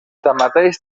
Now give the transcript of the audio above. tanmateix